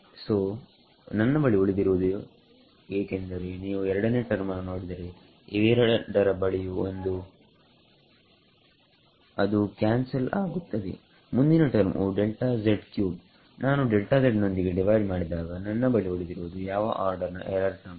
ಸೋನನ್ನ ಬಳಿ ಉಳಿದಿರುವುದು ಏಕೆಂದರೆ ನೀವು ಎರಡನೇ ಟರ್ಮನ್ನು ನೋಡಿದರೆ ಇವೆರಡರ ಬಳಿಯೂ ಒಂದು Δz 2ಅದು ಕ್ಯಾನ್ಸಲ್ ಆಗುತ್ತದೆ ಮುಂದಿನ ಟರ್ಮ್ ವು ಡೆಲ್ಟಾ z ಕ್ಯೂಬ್ ನಾನು ನೊಂದಿಗೆ ಡಿವೈಡ್ ಮಾಡಿದಾಗ ನನ್ನ ಬಳಿ ಉಳಿದಿರುವುದು ಯಾವ ಆರ್ಡರ್ನ ಎರರ್ ಟರ್ಮ್